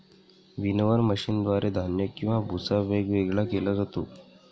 winnower मशीनद्वारे धान्य आणि भुस्सा वेगवेगळा केला जातो